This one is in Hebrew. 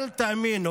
אל תאמינו